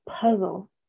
puzzle